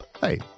Hey